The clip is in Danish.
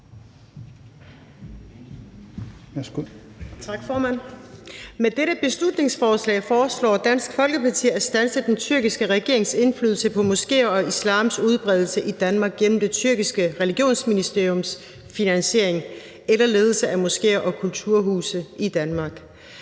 Med dette beslutningsforslag foreslår Dansk Folkeparti at standse den tyrkiske regerings indflydelse på moskéer og islams udbredelse i Danmark gennem det tyrkiske religionsministeriums finansiering eller ledelse af moskéer og kulturhuse i Danmark.